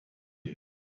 field